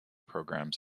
programs